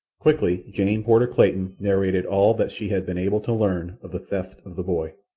quickly jane porter clayton narrated all that she had been able to learn of the theft of the boy.